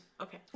Okay